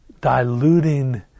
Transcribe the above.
diluting